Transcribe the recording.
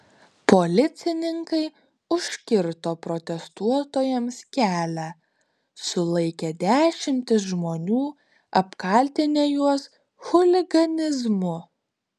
policininkai užkirto protestuotojams kelią sulaikė dešimtis žmonių apkaltinę juos chuliganizmu